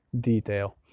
detail